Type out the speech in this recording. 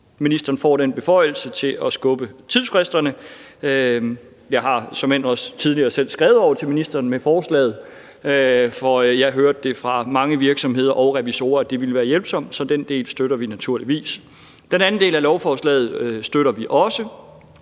ministeren får den beføjelse til at skubbe tidsfristerne. Jeg har såmænd også tidligere selv skrevet over til ministeren om forslaget, for jeg hørte fra mange virksomheder og revisorer, at det ville være hjælpsomt. Så den del støtter vi naturligvis. Den anden del af lovforslaget, som er en